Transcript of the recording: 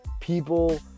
people